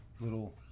little